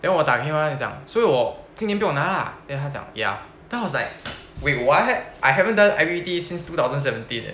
then 我打电话他就讲所以我今天不用拿啦 then 他讲 ya then I was like wait what I haven't done I_P_P_T since two thousand seventeen leh